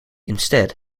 instead